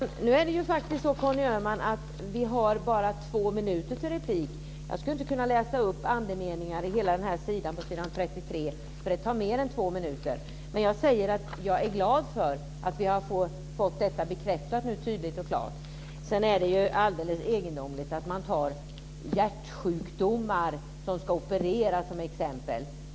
Fru talman! Nu är det faktiskt så, Conny Öhman, att vi bara har två minuter till replik. Jag skulle inte kunna läsa upp andemeningar i hela den här sidan, s. 33, för det tar mer än två minuter. Men jag säger att jag är glad för att vi nu har fått detta bekräftat tydligt och klart. Sedan är det ju alldeles egendomligt att man tar hjärtsjukdomar som ska opereras som exempel.